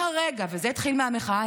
מהרגע וזה התחיל מהמחאה,